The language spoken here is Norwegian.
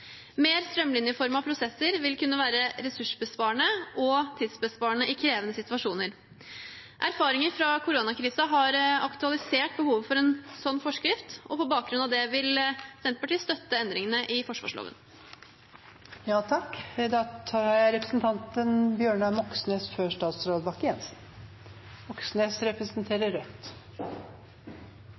Mer strømlinjeformede prosesser vil kunne være ressursbesparende og tidsbesparende i krevende situasjoner. Erfaringer fra koronakrisen har aktualisert behovet for en slik forskrift. På bakgrunn av dette vil Senterpartiet støtte endringene i